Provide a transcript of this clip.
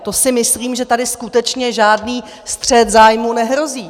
To si myslím, že tady skutečně nějaký střet zájmů nehrozí.